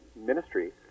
ministry